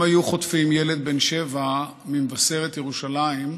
אם היו חוטפים ילד בן שבע ממבשרת ירושלים,